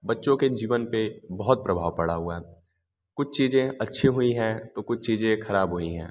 बच्चों के जीवन पर बहुत प्रभाव पड़ा हुआ है कुछ चीज़ें अच्छी हुई हैं तो कुछ चीज़ें ख़राब हुई हैं